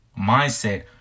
mindset